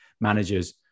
managers